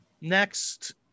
Next